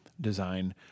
design